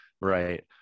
right